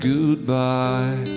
Goodbye